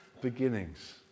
Beginnings